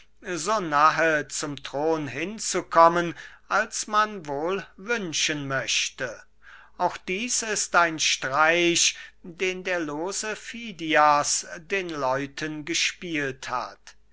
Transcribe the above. zum thron hinzukommen als man wohl wünschen möchte auch dieß ist ein streich den der lose fidias den leuten gespielt hat